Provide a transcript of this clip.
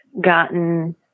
gotten